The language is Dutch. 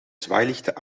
zwaailichten